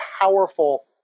powerful